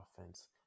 offense